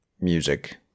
music